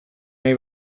nahi